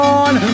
on